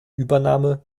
übernahme